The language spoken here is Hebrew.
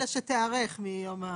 אלא שתיערך מיום,